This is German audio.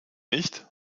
nicht